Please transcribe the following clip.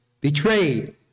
betrayed